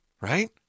Right